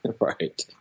Right